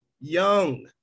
Young